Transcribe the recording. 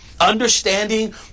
Understanding